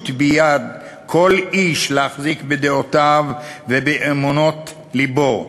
ביד כל איש להחזיק בדעותיו ובאמונות לבו,